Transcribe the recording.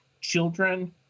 children